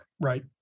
right